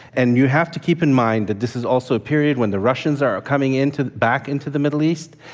and you have to keep in mind that this is also a period when the russians are coming into back into the middle east,